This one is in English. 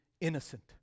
innocent